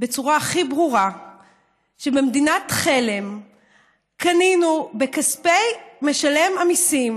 בצורה הכי ברורה שבמדינת חלם קנינו בכספי משלם המיסים,